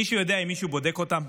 מישהו יודע אם מישהו בודק אותם?